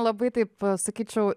labai taip sakyčiau